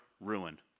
ruin